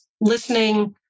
listening